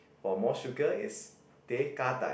for more sugar is teh kah-dai